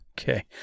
Okay